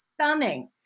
stunning